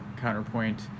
counterpoint